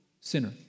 sinner